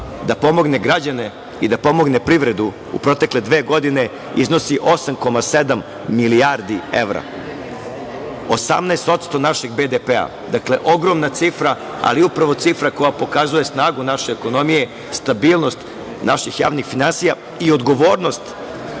da pomogne građane i da pomogne privredu u protekle dve godine iznosi 8,7 milijardi evra, 18% našeg BDP-a. Dakle, ogromna cifra, ali upravo cifra koja pokazuje snagu naše ekonomije, stabilnost naših javnih finansija i odgovornost